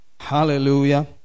hallelujah